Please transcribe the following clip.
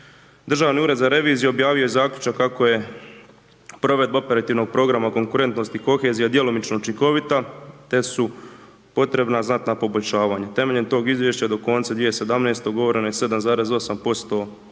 Državni ured za reviziju objavio je zaključno kako je provedba operativnog programa o konkurentnosti i kohezija djelomično učinkovita, te su potrebna znatna poboljšavanja, temeljem tog izvješća do konca 2017. ugovoreno je 7,8% sredstava